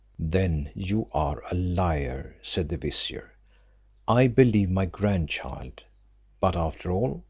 then you are a liar, said the vizier i believe my grandchild but after all,